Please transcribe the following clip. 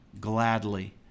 gladly